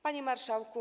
Panie Marszałku!